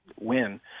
win